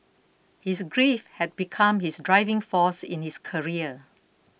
his grief had become his driving force in his career